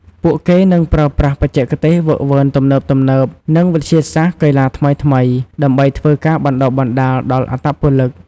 ពួកគេនឹងប្រើប្រាស់បច្ចេកទេសហ្វឹកហ្វឺនទំនើបៗ និងវិទ្យាសាស្ត្រកីឡាថ្មីៗ ដើម្បីធ្វើការបណ្តុះបណ្តាលដល់អត្តពលិក។